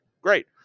Great